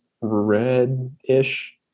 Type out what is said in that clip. red-ish